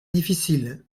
difficile